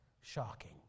Shocking